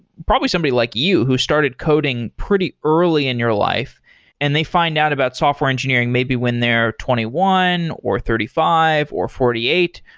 probably somebody like you who started coding pretty early in your life and they find out about software engineering maybe when they're twenty one, or thirty five, or forty eight,